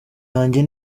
yanjye